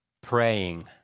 Praying